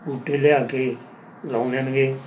ਬੂਟੇ ਲਿਆ ਕੇ ਲਾਉਂਦੇ ਨਗੇ